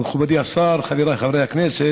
מכובדי השר, חבריי חברי הכנסת,